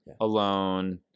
alone